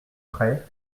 prés